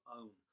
own